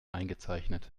eingezeichnet